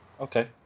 Okay